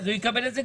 הוא יקבל גם את זה,